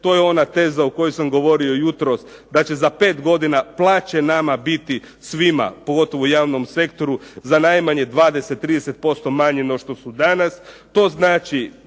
To je ona teza o kojoj sam govorio jutros da će za 5 godina plaće nama biti svima, pogotovo u javnom sektoru, za najmanje 20, 30% manje no što su danas.